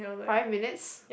five minutes